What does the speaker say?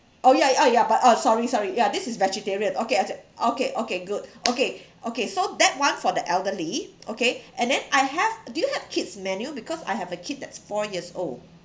oh ya oh ya but oh sorry sorry ya this is vegetarian okay I see okay okay good okay okay so that one for the elderly okay and then and then I have do you kids menu because I have a kid that's four years old